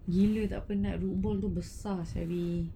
gila tak penat roboh tu besar sia B